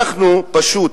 אנחנו פשוט